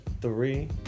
three